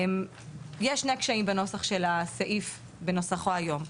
יש שני קשיים בנוסח של הסעיף בנוסחו היום.